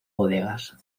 bodegas